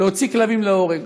להוציא כלבים להורג.